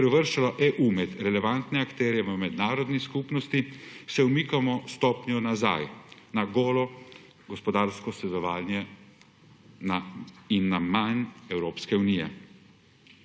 ter uvrščalo EU med relevantne akterje v mednarodni skupnosti, se umikamo stopnjo nazaj, na golo gospodarsko sodelovanje in na manj Evropske unije.